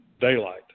daylight